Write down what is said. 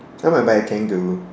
I might buy a kangaroo